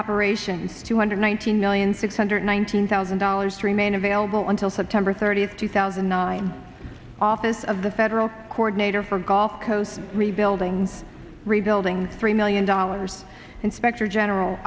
operations two hundred one thousand million six hundred nineteen thousand dollars remain available until september thirtieth two thousand and nine s of the federal coordinator for golf coast rebuilding rebuilding three million dollars inspector general